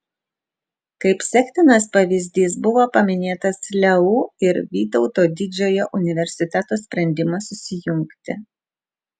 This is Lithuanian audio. kaip sektinas pavyzdys buvo paminėtas leu ir vytauto didžiojo universiteto sprendimas susijungti